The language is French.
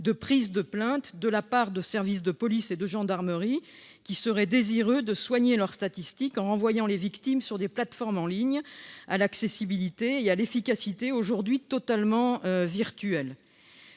de prise de plaintes de la part de services de police et de gendarmerie qui seraient désireux de soigner leurs statistiques, en renvoyant les victimes sur des plateformes en ligne à l'accessibilité et à l'efficacité aujourd'hui totalement virtuelles.